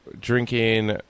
drinking